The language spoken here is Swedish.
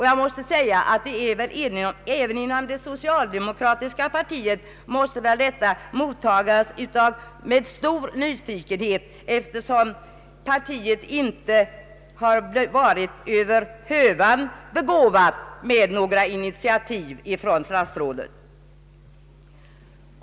Jag måste säga att även inom det socialdemokratiska partiet kommer väl detta att mot tagas med stor nyfikenhet, eftersom partiet inte har varit över hövan begåvat med initiativ från statsrådet.